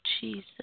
Jesus